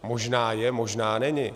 Možná je, možná není.